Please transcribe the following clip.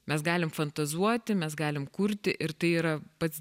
mes galim fantazuoti mes galim kurti ir tai yra pats